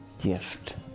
gift